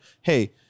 hey